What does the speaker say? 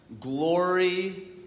glory